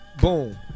boom